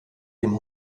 dem